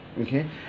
okay